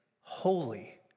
holy